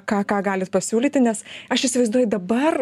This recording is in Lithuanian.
ką ką galit pasiūlyti nes aš įsivaizduoju dabar